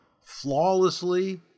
flawlessly